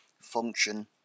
function